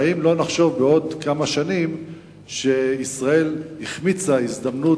והאם לא נחשוב בעוד כמה שנים שישראל החמיצה הזדמנות